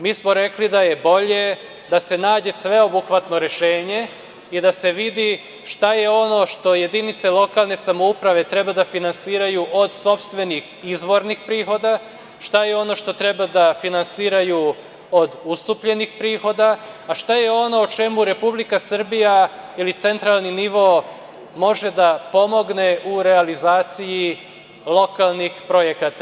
Mi smo rekli da je bolje da se nađe sveobuhvatno rešenje i da se vidi šta je ono što jedinice lokalne samouprave treba da finansiraju od sopstvenih izvornih prihoda, šta je ono što treba da finansiraju od ustupljenih prihoda, a šta je ono o čemu Republika Srbija ili centralni nivo može da pomogne u realizaciji lokalnih projekata.